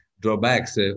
drawbacks